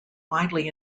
widely